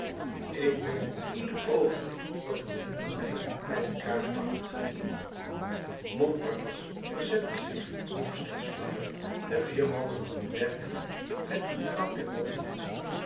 ik meen ieder oogenblik dat een diender mij bij den kraag pakt montparnasse verzette zich nog slechts flauw de vier mannen hadden werkelijk met die trouw der bandieten